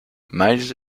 miles